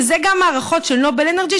ואלה גם ההערכות של נובל אנרג'י,